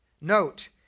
Note